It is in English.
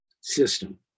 system